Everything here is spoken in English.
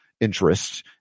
interests